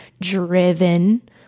driven